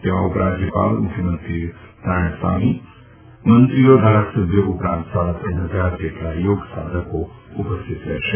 તેમાં ઉપરાજ્યપાલ મુખ્યમંત્રી નારાયણ સામી મંત્રીઓ ધારાસભ્યો ઉપરાંત સાડા ત્રણ હજાર જેટલા યોગસાધકો હાજર રહેશે